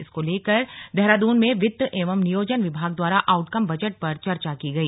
इसको लेकर देहरादून में वित्त एवं नियोजन विभाग द्वारा आउटकम बजट पर चर्चा की गई